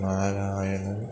नारायणः